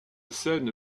scène